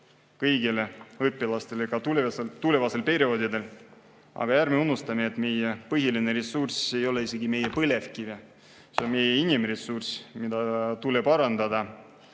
kõigile õpilastele ka tulevastel perioodidel. Aga ärme unustame, et meie põhiline ressurss ei ole isegi meie põlevkivi. See on meie inimressurss, mida tuleb arendada.